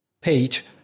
page